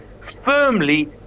firmly